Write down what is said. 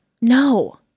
no